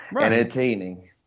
entertaining